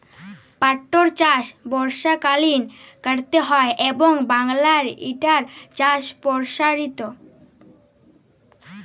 পাটটর চাষ বর্ষাকালীন ক্যরতে হয় এবং বাংলায় ইটার চাষ পরসারিত